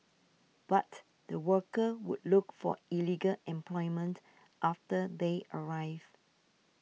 but the workers would look for illegal employment after they arrive